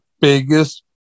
biggest